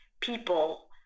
people